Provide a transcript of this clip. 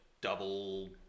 Double